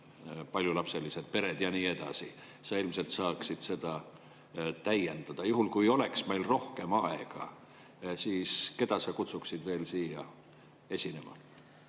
paljulapselised pered ja nii edasi. Sa ilmselt saaksid seda täiendada. Juhul kui meil oleks rohkem aega, siis keda veel sa kutsuksid siia esinema?